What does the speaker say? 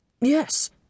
Yes